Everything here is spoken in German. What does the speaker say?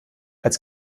als